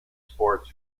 sports